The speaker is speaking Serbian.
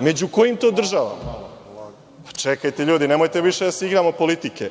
Među kojim to državama? Čekajte, ljudi, nemojte više da se igramo politike.